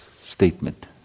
statement